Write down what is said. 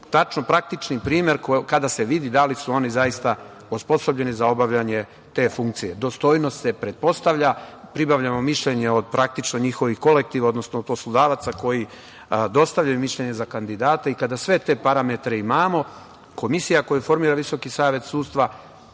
tačno praktični primer kada se vidi da li su oni zaista osposobljeni za obavljanje te funkcije. Dostojnost se pretpostavlja, pribavljamo mišljenje od praktično njihovih kolektiva, odnosno poslodavaca koji dostavljaju mišljenje za kandidate. Kada sve te parametre imamo, komisija koju formira Visoki savet sudstva